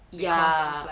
ya